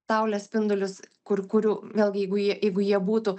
saulės spindulius kur kurių vėlgi jeigu jie jeigu jie būtų